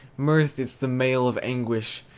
mirth is the mail of anguish,